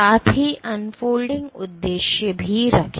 साथ ही अनफोल्डिंग उद्देश्य भी रखे